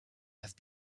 have